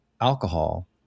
alcohol